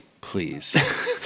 please